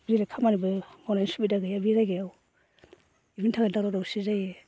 बेलेग खामानिबो मावनायनि सुबिदा गैया बे जायगायाव इफोरनि थाखायबो दावराव दावसि जायो